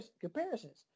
comparisons